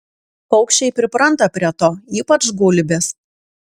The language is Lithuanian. paukščiai pripranta prie to ypač gulbės